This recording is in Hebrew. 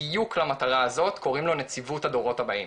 בדיוק למטרה הזאת, קוראים לו נציבות הדורות הבאות.